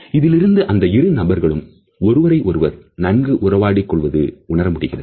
இதிலிருந்து அந்த இரு நபர்களும் ஒருவரை ஒருவர் நன்கு உறவாடிக் கொள்வது உணர முடிகிறது